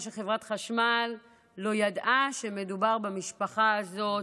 שחברת החשמל לא ידעה שמדובר במשפחה הזאת.